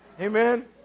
Amen